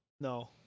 No